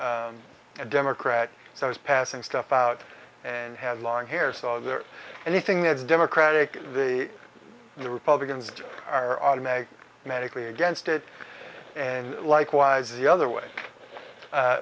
was a democrat so i was passing stuff out and had long hair so there anything that's democratic the republicans are automatic manically against it and likewise the other way